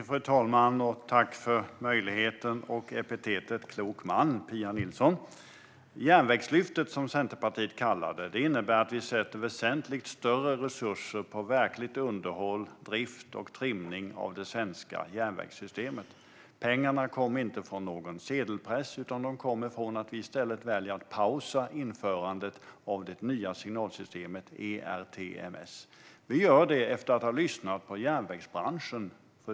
Fru talman! Tack för möjligheten och för epitetet "klok man", Pia Nilsson! Järnvägslyftet, som Centerpartiet kallar det, innebär att vi lägger väsentligt mer resurser på verkligt underhåll, drift och trimning av det svenska järnvägssystemet. Pengarna kommer inte från någon sedelpress utan från att vi i stället väljer att pausa införandet av det nya signalsystemet ERTMS. Vi gör detta efter att ha lyssnat på järnvägsbranschen, fru talman.